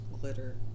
glitter